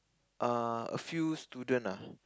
uh a few student ah